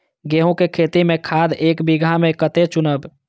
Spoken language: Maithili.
गेंहू के खेती में खाद ऐक बीघा में कते बुनब?